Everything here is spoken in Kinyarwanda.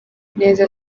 neza